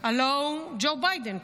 הלוא הוא ג'ו ביידן.